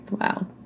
Wow